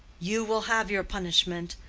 you will have your punishment.